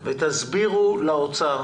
ותסבירו לאוצר